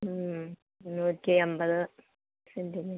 നൂറ്റി അൻപത് സെൻറ്റീമീറ്റർ